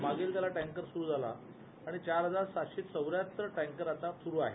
मागेल त्याला टँकर सुरू झाला आणि चार हजार सातशे चौऱ्याहत्तर टँकर आत्ता सुरू आहेत